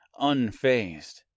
unfazed